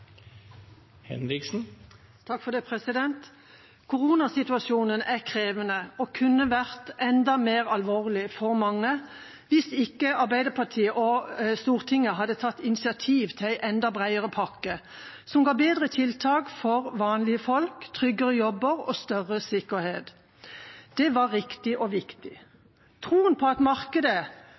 krevende og kunne vært enda mer alvorlig for mange hvis ikke Arbeiderpartiet og Stortinget hadde tatt initiativ til en enda bredere pakke med bedre tiltak for vanlige folk, tryggere jobber og større sikkerhet. Det var riktig og viktig. Troen på